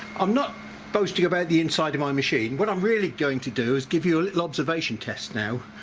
i'm not boasting about the inside of my machine what i'm really going to do is give you a little observation test now,